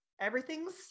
everything's